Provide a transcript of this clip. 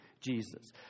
Jesus